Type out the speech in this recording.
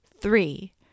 three